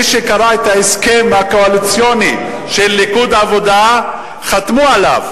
מי שקרא את ההסכם הקואליציוני שהליכוד והעבודה חתמו עליו,